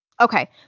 Okay